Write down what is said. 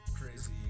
crazy